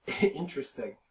Interesting